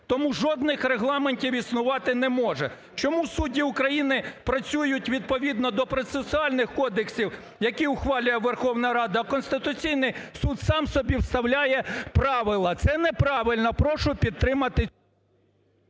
Тому жодних регламентів існувати не може. Чому судді України працюють відповідно до процесуальних кодексів, які ухвалює Верховна Рада, а Конституційний Суд сам собі вставляє правила. Це неправильно, прошу підтримати...